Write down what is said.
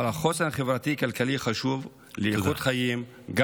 אבל החוסן החברתי-כלכלי חשוב לאיכות חיים.